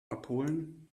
abholen